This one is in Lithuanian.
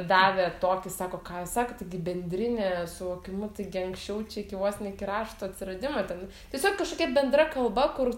davė tokį sako ką jūs sakot tai gi bendrinė suvokimu taigi anksčiau čia iki vos ne iki rašto atsiradimo ten tiesiog kažkokia bendra kalba kur